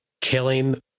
killing